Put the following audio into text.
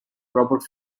robert